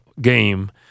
game